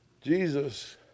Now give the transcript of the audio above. Jesus